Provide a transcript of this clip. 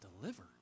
deliver